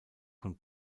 von